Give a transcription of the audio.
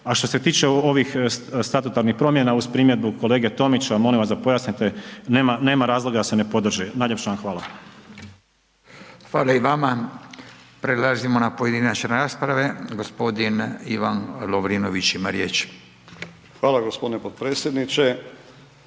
a što se tiče ovih statutarnih promjena uz primjedbu kolege Tomića, molim vas da pojasnite, nema razloga da se ne podrži. Najljepše vam hvala. **Radin, Furio (Nezavisni)** Hvala i vama. Prelazimo na pojedinačne rasprave, gospodin Ivan Lovrinović ima riječ. **Lovrinović,